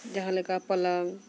ᱡᱟᱦᱟᱸ ᱞᱮᱠᱟ ᱯᱟᱞᱚᱝ